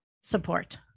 support